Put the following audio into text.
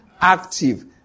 active